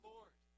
Lord